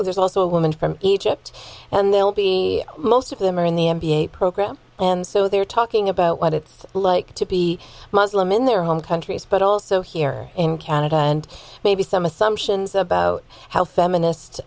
women there's also a woman from egypt and they'll be most of them are in the m b a program and so they're talking about what it's like to be muslim in their home countries but also here in canada and maybe some assumptions about how feminist